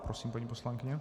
Prosím, paní poslankyně.